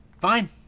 fine